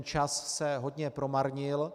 Čas se hodně promarnil.